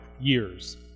years